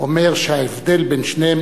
אומר שההבדל בין שניהם,